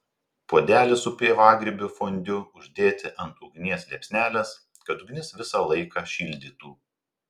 puodelį su pievagrybių fondiu uždėti ant ugnies liepsnelės kad ugnis visą laiką šildytų